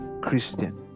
Christian